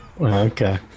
Okay